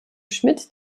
schmidt